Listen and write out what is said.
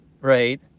Right